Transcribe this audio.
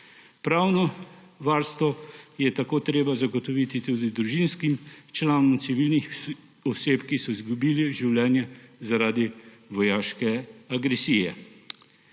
Pravno varstvo je tako treba zagotoviti tudi družinskim članom civilnih oseb, ki so izgubile življenje zaradi vojaške agresije.